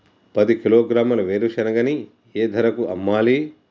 పది కిలోగ్రాముల వేరుశనగని ఏ ధరకు అమ్మాలి?